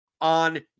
on